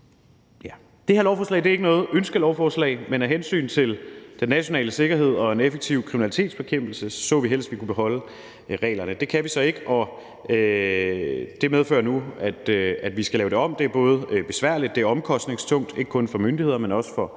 Det her lovforslag er ikke noget ønskelovforslag, for af hensyn til den nationale sikkerhed og en effektiv kriminalitetsbekæmpelse så vi helst, at vi kunne beholde de nuværende regler. Det kan vi så ikke, og det medfører nu, at vi skal lave det om. Det er både besværligt og omkostningstungt, ikke kun for myndigheder, men også for